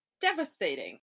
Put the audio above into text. devastating